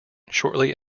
shortly